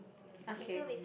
okay